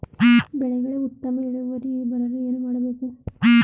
ಬೆಳೆಗಳ ಉತ್ತಮ ಇಳುವರಿ ಬರಲು ಏನು ಮಾಡಬೇಕು?